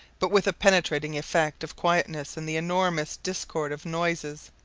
but with a penetrating effect of quietness in the enormous discord of noises,